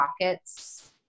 pockets